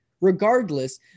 regardless